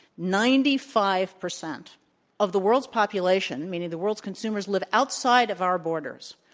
ninety five percent of the world's population, meaning the world's consumers, live outside of our borders.